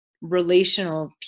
relational